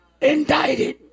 indicted